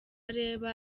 areba